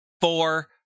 four